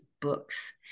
books